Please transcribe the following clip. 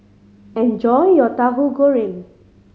enjoy your Tahu Goreng